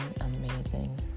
amazing